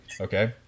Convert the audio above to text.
Okay